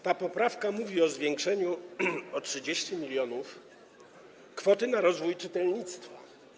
Ta poprawka mówi o zwiększeniu o 30 mln kwoty na rozwój czytelnictwa.